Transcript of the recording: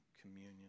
communion